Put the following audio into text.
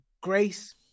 grace